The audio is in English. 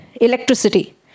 electricity